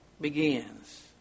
begins